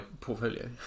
portfolio